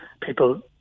people